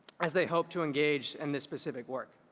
as they hoped to engage in this specific work.